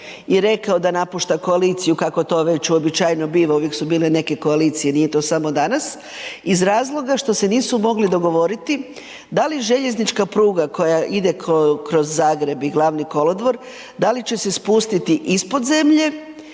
i rekao da napušta koaliciju kako to već uobičajeno biva, uvijek su bile neke koalicije, nije to samo danas, iz razloga što se nisu mogli dogovoriti da li željeznička pruga koja ide kroz Zagreb i glavni kolodvor, da li će se spustiti ispod zemlje